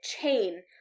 chain